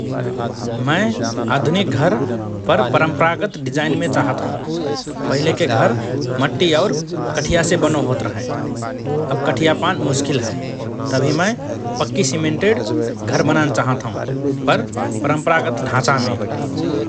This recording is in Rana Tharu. मए आधुनिक घर पर परम्परागत डिजाइनमे चाहत हओं । पहिलेके घर मट्टि और कठियासे बनो होत रहए । अब कठिया पान मुस्किल हए । तभि मए पक्कि सिमेन्टेड घर बनान चाहत हओं पर परम्परगत ढाँचामे ।